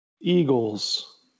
Eagles